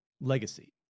legacy